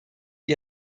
die